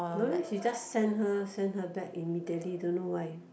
no she just send her send her back immediately don't know why